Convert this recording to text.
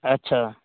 अच्छा